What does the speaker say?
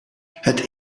het